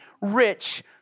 rich